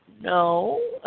No